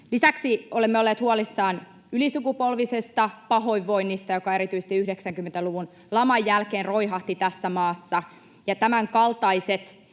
Lisäksi olemme olleet huolissamme ylisukupolvisesta pahoinvoinnista, joka erityisesti 90-luvun laman jälkeen roihahti tässä maassa. Tämänkaltaiset